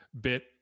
bit